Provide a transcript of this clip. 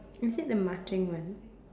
is it the marching one